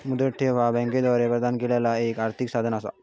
मुदत ठेव ह्या बँकांद्वारा प्रदान केलेला एक आर्थिक साधन असा